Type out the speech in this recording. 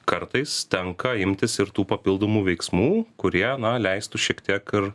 kartais tenka imtis ir tų papildomų veiksmų kurie na leistų šiek tiek ir